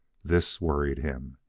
this worried him.